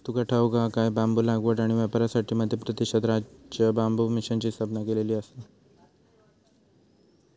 तुका ठाऊक हा काय?, बांबू लागवड आणि व्यापारासाठी मध्य प्रदेशात राज्य बांबू मिशनची स्थापना केलेली आसा